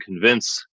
convince